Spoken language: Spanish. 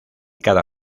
cada